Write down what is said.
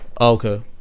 okay